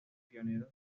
pioneros